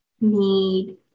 need